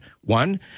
One